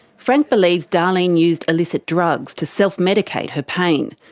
frank believes darlene used illicit drugs to self-medicate her pain.